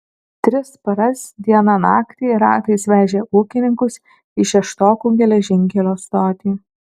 tris paras dieną naktį ratais vežė ūkininkus į šeštokų geležinkelio stotį